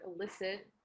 elicit